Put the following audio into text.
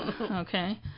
okay